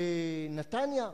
בנתניה,